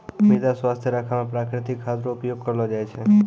मृदा स्वास्थ्य राखै मे प्रकृतिक खाद रो उपयोग करलो जाय छै